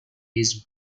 his